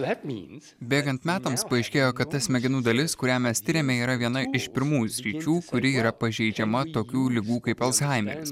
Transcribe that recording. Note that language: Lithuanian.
bėgant metams paaiškėjo kad ta smegenų dalis kurią mes tiriame yra viena iš pirmųjų sričių kuri yra pažeidžiama tokių ligų kaip alzhaimeris